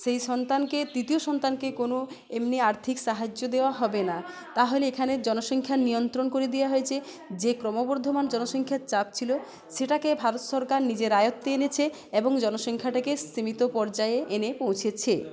সেই সন্তানকে তৃিতীয় সন্তানকে কোনো এমনি আর্থিক সাহায্য দেওয়া হবে না তাহলে এখানে জনসংখ্যার নিয়ন্ত্রণ করে দেওয়া হয়েছে যে ক্রমবর্ধমান জনসংখ্যার চাপ ছিলো সেটাকে ভারত সরকার নিজের আয়ত্তে এনেছে এবং জনসংখ্যাটাকে স্তিমিত পর্যায়ে এনে পৌঁছেছে